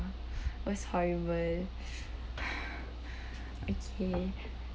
it was horrible okay